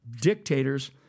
dictators